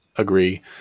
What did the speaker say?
Agree